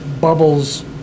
bubbles